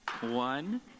One